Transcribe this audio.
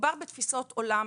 מדובר בתפיסות עולם.